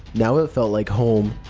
now it felt like home.